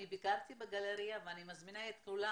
אני ביקרתי בגלריה ואני מזמינה את כולם